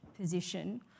position